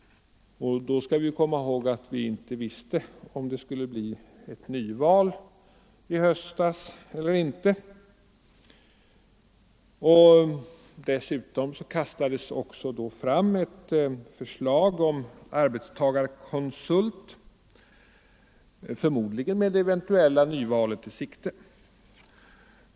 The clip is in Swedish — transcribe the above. Och då visste vi ännu inte om det skulle bli något nyval i höstas eller inte. Dessutom kastades då också fram ett förslag om arbetstagarkonsult, förmodligen med det eventuella nyvalet i sikte.